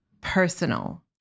personal